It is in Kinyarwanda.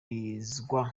bibanza